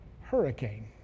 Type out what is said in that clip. hurricane